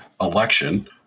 election